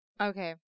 Okay